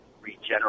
regenerate